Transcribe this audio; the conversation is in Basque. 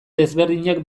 desberdinak